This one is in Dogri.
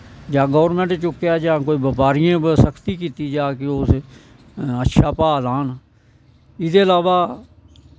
जां गौरमैंट चुक्कै जां बपारियें पर सख्ती कीती जा कि उस अच्छा भा लान इह्दे इलावा